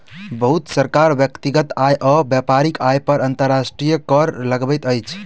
बहुत सरकार व्यक्तिगत आय आ व्यापारिक आय पर अंतर्राष्ट्रीय कर लगबैत अछि